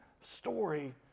story